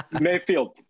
Mayfield